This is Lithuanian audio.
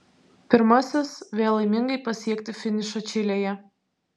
pirmasis vėl laimingai pasiekti finišą čilėje